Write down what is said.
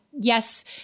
yes